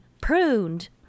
pruned